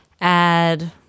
add